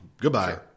Goodbye